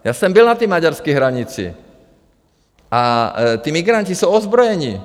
Já jsem byl na té maďarský hranici a ti migranti jsou ozbrojení.